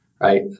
right